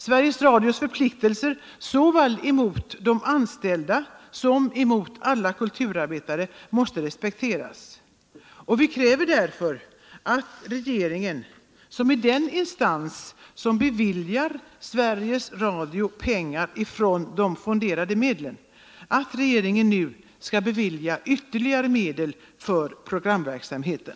Sveriges Radios förpliktelser såväl mot de anställda som mot alla kulturarbetare måste respekteras. Vi kräver därför att regeringen — som är den instans som beviljar Sveriges Radio pengar från de fonderade medlen — nu skall bevilja ytterligare medel för programverksamheten.